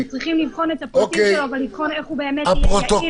אנחנו צריכים לבחון את הפרטים שלו ולבחון איך הוא יהיה יעיל וישים.